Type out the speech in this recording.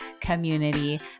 community